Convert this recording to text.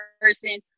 person